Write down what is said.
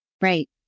right